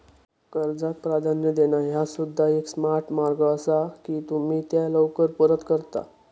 कर्जाक प्राधान्य देणा ह्या सुद्धा एक स्मार्ट मार्ग असा की तुम्ही त्या लवकर परत करता